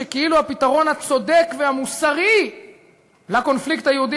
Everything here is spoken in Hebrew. שכאילו הפתרון הצודק והמוסרי לקונפליקט היהודי